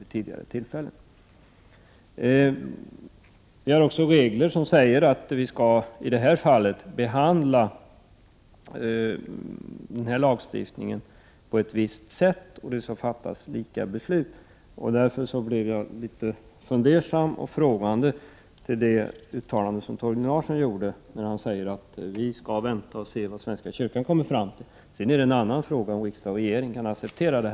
Det finns också regler som säger att vi i det här fallet skall behandla denna lagstiftning på ett visst sätt och att det skall fattas lika beslut. Därför blev jag litet fundersam och ställde mig frågande till det uttalande som Torgny Larsson gjorde. Han sade att vi skall vänta och se vad svenska kyrkan kommer fram till och att det sedan är en annan fråga om riksdag och regering kan acceptera det.